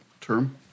term